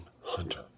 hunter